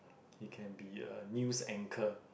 he can be a news anchor